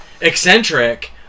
eccentric